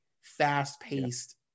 fast-paced